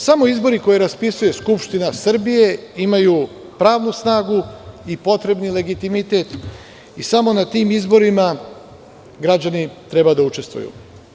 Samo izbori koje raspisuje Skupština Srbije imaju pravnu snagu i potrebni legitimitet i samo na tim izborima građani treba da učestvuju.